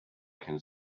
can